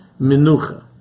Minucha